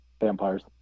Vampires